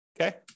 okay